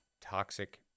Toxic